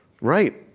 right